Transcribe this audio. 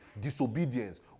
Disobedience